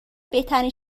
بهترین